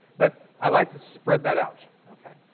but i like to spread that out. ok?